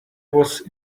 was